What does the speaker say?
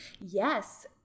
Yes